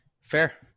Fair